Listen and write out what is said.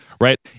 right